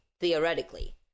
theoretically